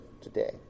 today